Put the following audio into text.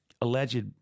alleged